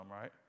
right